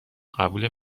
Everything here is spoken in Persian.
قبول